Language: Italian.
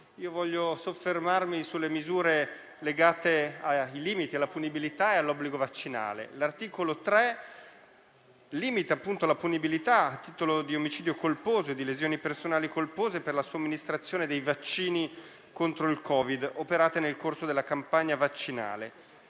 voglio soffermarmi sulle misure legate ai limiti, alla punibilità e all'obbligo vaccinale. L'articolo 3 limita, appunto, la punibilità a titolo di omicidio colposo e di lesioni personali colpose per la somministrazione dei vaccini contro il Covid-19 operate nel corso della campagna vaccinale.